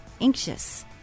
anxious